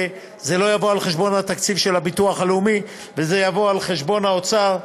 זה לא יבוא על חשבון התקציב של הביטוח הלאומי וזה יבוא על חשבון האוצר,